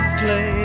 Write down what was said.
play